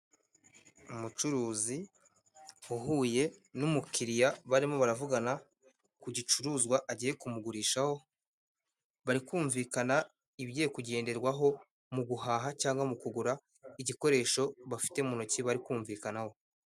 Umucuruzi uhuye n'umukiriya barimo baravugana ku gicuruzwa agiye kumugurishaho, barikumvikana ibigiye kugenderwaho mu guhaha cyangwa mu kugura igikoresho bafite mu ntoki bari kumvikanaho.